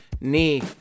knee